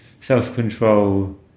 self-control